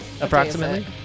Approximately